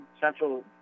Central